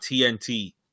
TNT